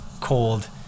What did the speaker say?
cold